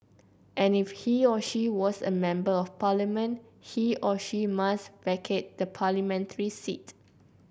and if he or she was a Member of Parliament he or she must vacate the parliamentary seat